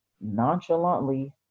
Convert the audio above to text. nonchalantly